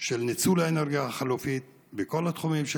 של ניצול האנרגיה החלופית, בכל התחומים,